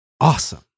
awesome